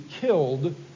killed